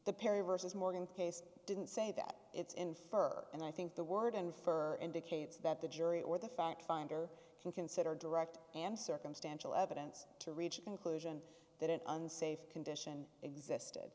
the perry vs morgan case didn't say that it's infer and i think the word infer indicates that the jury or the fact finder can consider direct and circumstantial evidence to reach a conclusion that an unsafe condition existed